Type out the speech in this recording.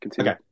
okay